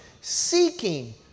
seeking